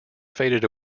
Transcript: faded